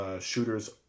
shooters